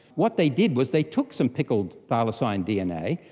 what they did was they took some pickled thylacine dna,